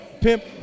Pimp